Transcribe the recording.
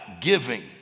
giving